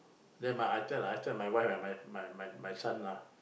then my w~ I tell lah I tell my wife and my my my son lah